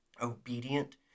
obedient